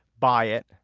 buy it,